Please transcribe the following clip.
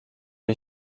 lui